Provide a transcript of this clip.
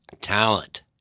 Talent